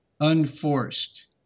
unforced